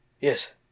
Yes